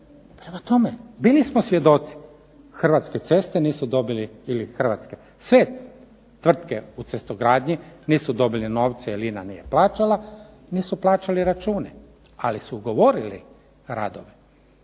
Prema tome bili smo svjedoci Hrvatske ceste nisu dobili ili hrvatske, sve tvrtke u cestogradnji nisu dobili novce jer INA nije plaćala, nisu plaćali račune, ali su ugovorili radove.